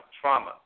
trauma